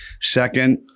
Second